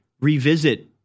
revisit